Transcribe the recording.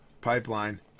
pipeline